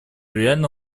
реально